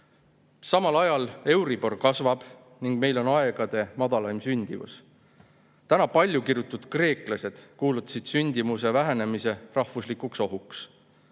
Samal ajal euribor kasvab ning meil on aegade madalaim sündimus. Täna palju kirutud kreeklased kuulutasid sündimuse vähenemise rahvuslikuks ohuks.